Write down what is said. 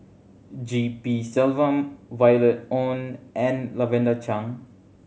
G P Selvam Violet Oon and Lavender Chang